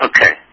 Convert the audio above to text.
Okay